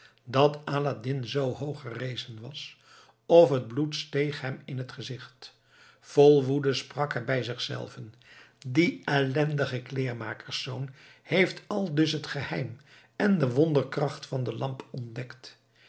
dat aladdin zoo hoog gerezen was of het bloed steeg hem in t gezicht vol woede sprak hij bij zichzelven die ellendige kleermakerszoon heeft aldus het geheim en de wonderkracht van de lamp ontdekt